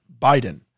Biden